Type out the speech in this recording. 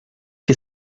que